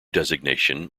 designation